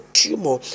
tumor